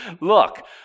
Look